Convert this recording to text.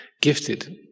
gifted